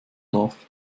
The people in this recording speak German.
darf